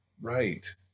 Right